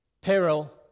Peril